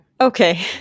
Okay